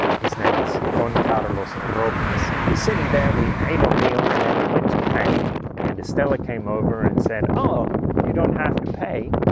his name is don carlos ah robles we're sitting there we ate you know meal and then we went to pay and estela came over and said oh you don't have to pay,